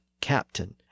captain